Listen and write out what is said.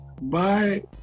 Bye